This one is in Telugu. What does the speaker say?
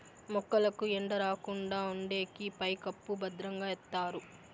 మొక్కలకు ఎండ రాకుండా ఉండేకి పైకప్పు భద్రంగా ఎత్తారు